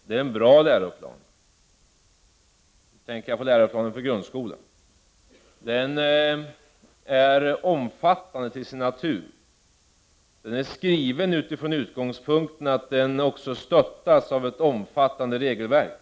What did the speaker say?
Det är en bra läroplan. Jag tänker då på läroplanen för grundskolan. Den är omfattande till sin natur. Den är skriven från den utgångspunkten att den också stöttas av ett omfattande regelverk.